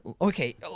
okay